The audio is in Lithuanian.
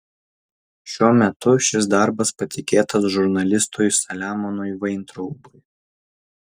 šiuo metu šis darbas patikėtas žurnalistui saliamonui vaintraubui